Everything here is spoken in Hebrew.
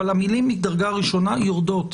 אבל המילים "מדרגה ראשונה" יורדות.